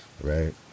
right